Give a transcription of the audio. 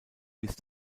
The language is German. bis